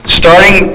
starting